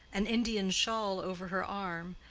an indian shawl over her arm,